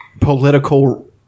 Political